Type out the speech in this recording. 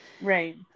Right